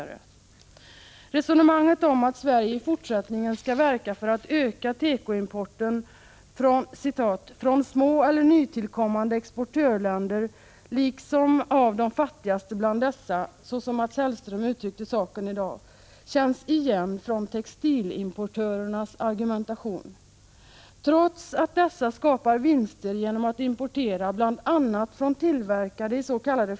Resonemanget om att Sverige i fortsättningen skall verka för att öka tekoimporten ”från små eller nytillkommande exportörländer, liksom av de fattigaste bland dessa”, såsom Mats Hellström uttryckte saken i dag, känns igen från textilimportörernas argumentation. Trots att dessa skapar vinster genom att importera från bl.a. tillverkare is.k.